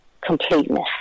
completeness